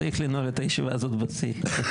צריך לנעול את הישיבה הזאת בשיא.